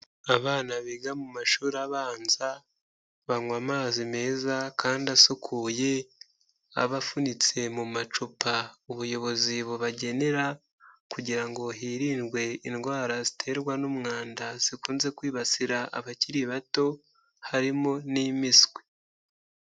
Abana biga mu mashuri abanza banywa amazi meza kandi asukuye, aba afunitse mu macupa ubuyobozi bubagenera kugira ngo hirindwe indwara ziterwa n'umwanda zikunze kwibasira abakiri bato harimo n'impiswi.